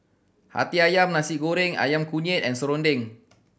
Hati Ayam Nasi Goreng Ayam Kunyit and serunding